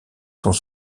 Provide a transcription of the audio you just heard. sont